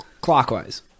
Clockwise